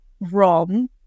wrong